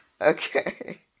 Okay